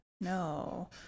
No